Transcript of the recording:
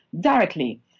directly